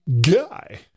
guy